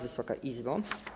Wysoka Izbo!